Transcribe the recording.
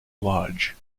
lodge